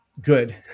good